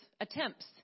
attempts